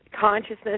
Consciousness